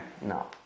No